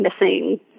missing